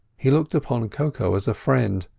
he looked upon koko as a friend,